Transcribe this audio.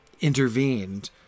intervened